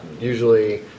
usually